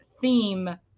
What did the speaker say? theme